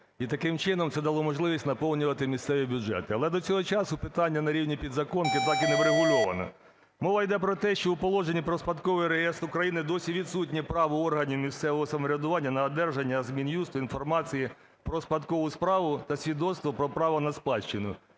і таким чином, це дало можливість наповнювати місцеві бюджети. Але до цього часу питання на рівні "підзаконки" так і не врегульовано. Мова йде про те, що в Положенні про Спадковий реєстр України досі відсутнє право органів місцевого самоврядування на одержання з Мін'юсту інформації про спадкову справу та свідоцтво про право на спадщину.